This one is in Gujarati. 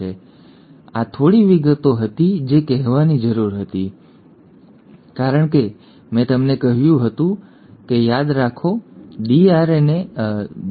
તેથી આ થોડી વિગતો હતી જે કહેવાની જરૂર હતી કારણ કે મેં તમને કહ્યું હતું યાદ રાખો કે ડી